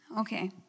Okay